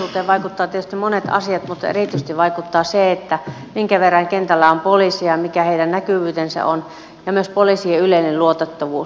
kansalaisten turvallisuuteen vaikuttavat tietysti monet asiat mutta erityisesti vaikuttaa se minkä verran kentällä on poliiseja mikä heidän näkyvyytensä on ja myös poliisien yleinen luotettavuus